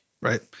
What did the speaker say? right